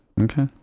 Okay